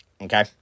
Okay